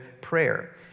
prayer